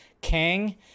Kang